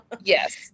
Yes